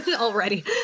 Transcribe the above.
already